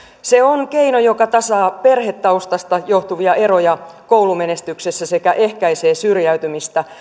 se on keino joka tasaa perhetaustasta johtuvia eroja koulumenestyksessä sekä ehkäisee syrjäytymistä